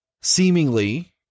Seemingly